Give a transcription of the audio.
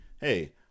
hey